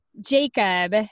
Jacob